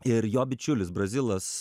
ir jo bičiulis brazilas